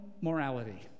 morality